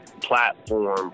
platform